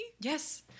Yes